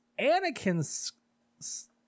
Anakin's